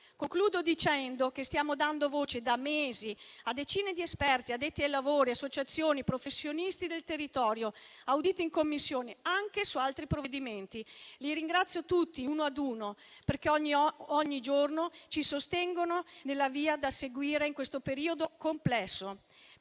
non pensa? Stiamo dando voce da mesi a decine di esperti, addetti ai lavori, associazioni, professionisti del territorio, auditi in Commissione anche su altri provvedimenti. Li ringrazio tutti, uno ad uno, perché ogni giorno ci sostengono nella via da seguire in questo periodo complesso.